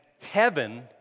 heaven